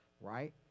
right